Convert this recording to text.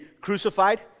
crucified